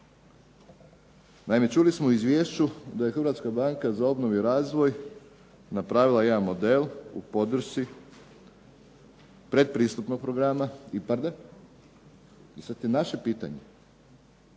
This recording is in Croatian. Naime, čuli smo u izvješću da je Hrvatska banka za obnovu i razvoj napravila jedan model u podršci pretpristupnog programa IPARD-a. Sad je naše pitanje